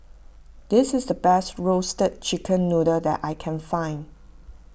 this is the best Roasted Chicken Noodle that I can find